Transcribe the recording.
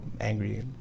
angry